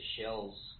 shells